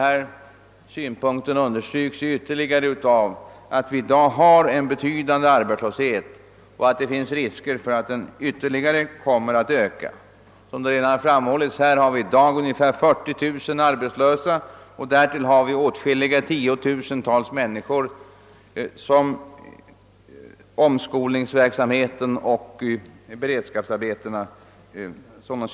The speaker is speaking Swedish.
Angelägenheten härav understrykes ytterligare av att vi i dag har en betydande arbetslöshet och att det finns risk för att den kommer att öka. Som redan framhållits har vi i dag ungefär 40 000 arbetslösa. Åtskilliga tiotusentals människor sysselsättes därjämte genom omskolningsverksamhet och beredskapsarbeten.